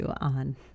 on